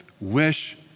wish